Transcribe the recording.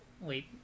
wait